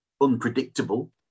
unpredictable